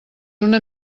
una